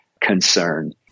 concern